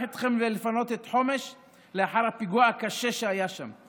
אתכם ולפנות את חומש לאחר הפיגוע הקשה שהיה שם?